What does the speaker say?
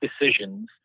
decisions